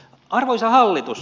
arvoisa hallitus